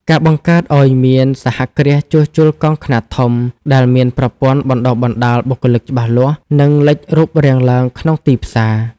ការបង្កើតឱ្យមានសហគ្រាសជួសជុលកង់ខ្នាតធំ ដែលមានប្រព័ន្ធបណ្តុះបណ្តាលបុគ្គលិកច្បាស់លាស់ នឹងលេចរូបរាងឡើងក្នុងទីផ្សារ។